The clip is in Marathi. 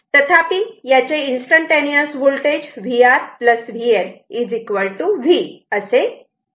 तथापि याचे instantaneous voltage vR vL v असे आहे